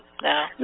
No